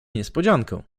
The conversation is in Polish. niespodziankę